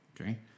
okay